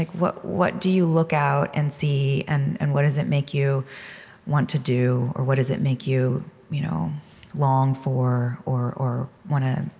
like what what do you look out and see, and and what does it make you want to do, or what does it make you you know long for or or want to